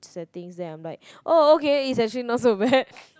settings then I'm like oh okay it's actually not so bad